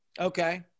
Okay